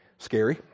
scary